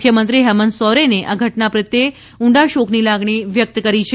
મુખ્યમંત્રી હેમંત સૌરેને આ ઘટના પ્રત્યે ઉંડા શોકની લાગણી વ્યકત કરી છે